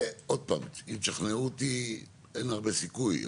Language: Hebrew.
זה עוד פעם, תשכנעו אותי, אין הרבה סיכוי.